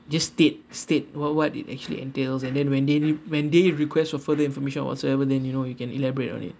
just state state what what it actually entails and then when they y~ when they request for further information or whatsoever then you know you can elaborate on it